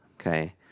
okay